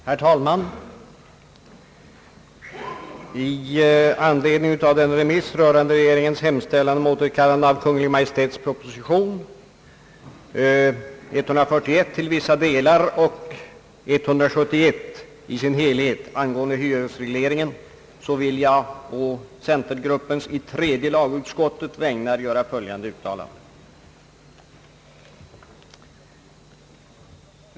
Herr talman! I anledning av remiss av regeringens hemställan om återkallande av Kungl. Maj:ts propositioner nr 141 till vissa delar och 171 i dess helhet angående hyresregleringen vill jag på centergruppens i tredje lagutskottets vägnar göra följande deklaration.